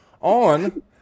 on